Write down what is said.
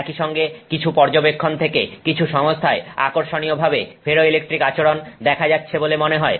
একইসঙ্গে কিছু পর্যবেক্ষণ থেকে কিছু সংস্থায় আকর্ষণীয়ভাবে ফেরোইলেকট্রিক আচরণ দেখা যাচ্ছে বলে মনে হয়